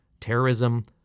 terrorism